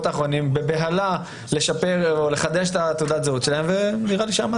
לכן האמירה שלכם שהדבר הזה לא יכול להתנהל בתוך משפחת המאגרים של מרשם